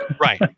Right